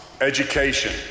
Education